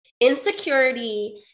insecurity